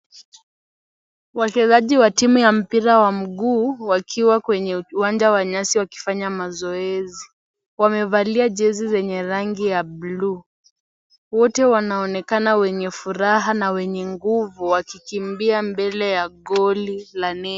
Wachezaji wa timu ya mpira wa miguu wakiwa kwenye uwanja wa nyasi wakifanya mazoezi. Wamevalia jezi zenye rangi ya bluu. Wote wanaonekana wenye furaha na wenye nguvu wakikimbia mbele ya ngoli la neti.